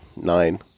nine